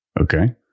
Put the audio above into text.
Okay